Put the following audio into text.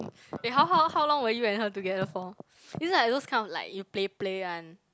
um eh how how how long were you and her together for is it like those kind like you play play one